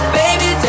baby